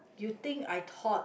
you think I thought